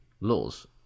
laws